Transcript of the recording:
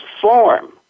form